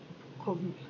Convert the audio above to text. COVID